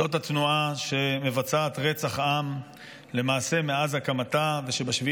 זאת תנועה שמבצעת רצח עם למעשה מאז הקמתה ושב-7